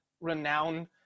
renowned